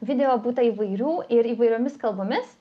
video būta įvairių ir įvairiomis kalbomis